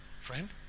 friend